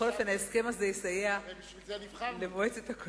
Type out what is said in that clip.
בשביל זה נבחרנו.